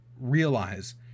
realize